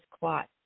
clots